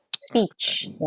speech